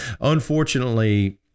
unfortunately